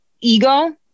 ego